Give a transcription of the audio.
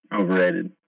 Overrated